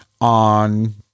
on